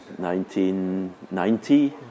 1990